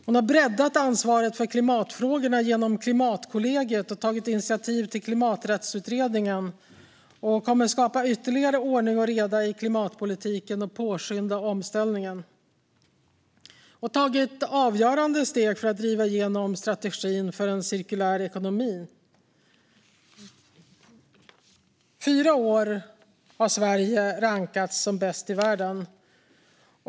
Hon har breddat ansvaret för klimatfrågorna genom Klimatkollegiet och tagit initiativ till Klimaträttsutredningen, som kommer att skapa ytterligare ordning och reda i klimatpolitiken och påskynda omställningen. Hon har tagit avgörande steg för att driva igenom strategin för en cirkulär ekonomi. Under fyra år har Sverige rankats som bäst i världen.